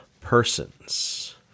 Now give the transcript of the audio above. persons